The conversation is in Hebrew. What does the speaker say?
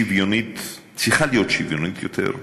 צריכה להיות שוויונית יותר,